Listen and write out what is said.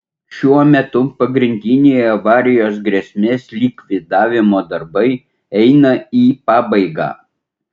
šiuo metu pagrindiniai avarijos grėsmės likvidavimo darbai eina į pabaigą